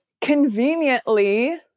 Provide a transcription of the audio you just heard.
conveniently